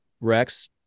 Rex